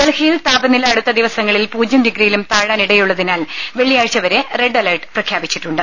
ഡൽഹിയിൽ താപനില അടുത്ത ദിവസങ്ങളിൽ പൂജ്യം ഡിഗ്രിയിലും താഴാനിടയു ള്ളതിനാൽ വെള്ളിയാഴ്ച വരെ റെഡ് അലർട്ട് പ്രഖ്യാപിച്ചിട്ടുണ്ട്